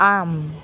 आम्